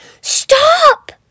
Stop